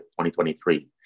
2023